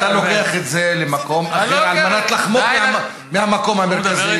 אבל אתה לוקח את זה למקום אחר כדי לחמוק מהמקום המרכזי.